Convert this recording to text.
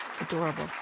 adorable